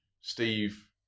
Steve